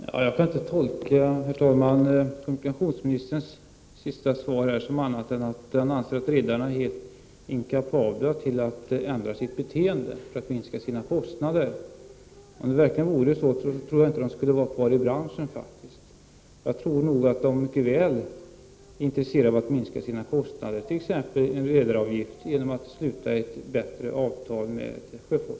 Herr talman! Jag kan inte tolka kommunikationsministerns sista svar på annat sätt än att han anser att redarna är helt inkapabla att ändra sitt beteende för att minska sina kostnader. Om det verkligen vore så, tror jag inte att de skulle vara kvar i branschen. Jag tror att de mycket väl skulle vara intresserade av att minska sina kostnader, t.ex. en redaravgift, genom att sluta ett bättre avtal med sjöfolket.